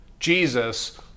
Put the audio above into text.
Jesus